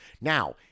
Now